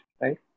right